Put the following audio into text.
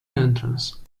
entrance